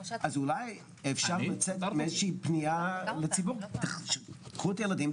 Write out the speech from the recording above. אז אולי אפשר לצאת בפנייה לציבור תחסנו את הילדים?